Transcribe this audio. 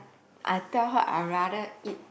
I tell her I rather eat